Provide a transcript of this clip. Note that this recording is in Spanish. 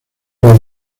viene